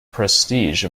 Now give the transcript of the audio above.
prestige